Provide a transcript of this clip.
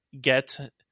get